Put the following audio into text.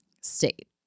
state